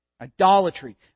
Idolatry